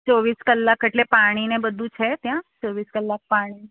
ચોવીસ કલાક એટલે પાણીને બધું છે ત્યાં ચોવીસ કલાક પાણી